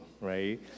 right